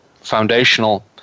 foundational